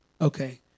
Okay